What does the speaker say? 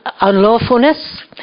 unlawfulness